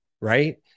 right